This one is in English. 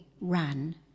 ran